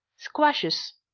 squashes.